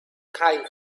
kite